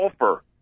golfer